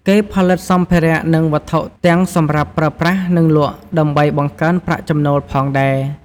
គេផលិតសម្ផារៈនិងវត្ថុទាំងសម្រាប់ប្រើប្រាសនិងលក់ដើម្បីបង្កើនប្រាក់ចំណូលផងដែរ។